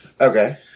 Okay